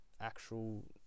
actual